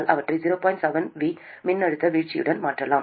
7 V மின்னழுத்த வீழ்ச்சியுடன் மாற்றலாம்